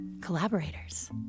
collaborators